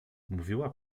mówiła